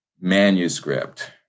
manuscript